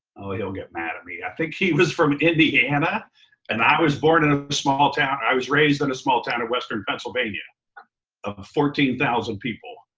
oh, he'll get mad at me. i think he was from indiana and i was born in a small town. i was raised in a small town in western pennsylvania of fourteen thousand people.